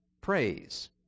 Praise